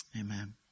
Amen